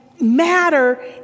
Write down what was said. Matter